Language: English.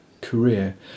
career